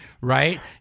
Right